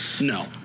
no